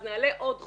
אז נעלה עוד חוק,